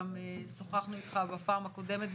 גם שוחחנו איתך בפעם הקודמת.